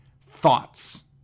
thoughts